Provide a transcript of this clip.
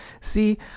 See